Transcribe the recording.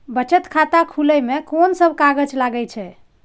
बचत खाता खुले मे कोन सब कागज लागे छै?